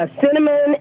cinnamon